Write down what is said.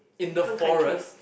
different country